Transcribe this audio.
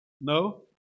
No